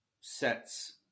sets